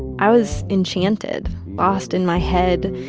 i was enchanted, lost in my head,